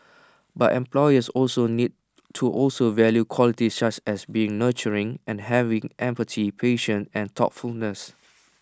but employers also need to also value qualities such as being nurturing and having empathy patience and thoughtfulness